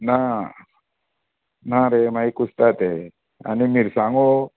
ना ना रे मागीर कुसता तें आनी मिरसांगो